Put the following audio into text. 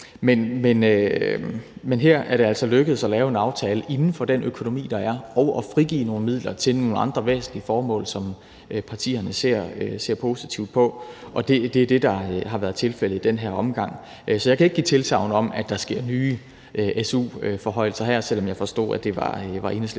Men her er det altså lykkedes at lave en aftale inden for den økonomi, der er, og at frigive nogle midler til nogle andre væsentlige formål, som partierne ser positivt på. Det er det, der har været tilfældet i den her omgang. Så jeg kan ikke give tilsagn om, at der kommer nye su-forhøjelser, selv om jeg forstod, at det var Enhedslistens